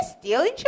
stealing